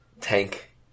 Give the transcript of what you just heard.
tank